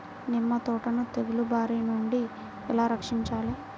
నిమ్మ తోటను తెగులు బారి నుండి ఎలా రక్షించాలి?